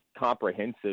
comprehensive